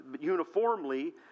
uniformly